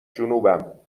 جنوبم